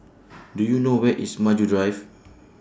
Do YOU know Where IS Maju Drive